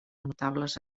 notables